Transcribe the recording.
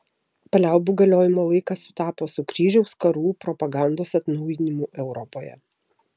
paliaubų galiojimo laikas sutapo su kryžiaus karų propagandos atnaujinimu europoje